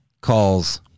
calls